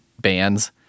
bands